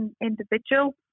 individual